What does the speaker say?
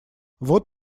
вот